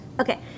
Okay